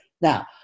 Now